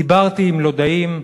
דיברתי עם לודאים,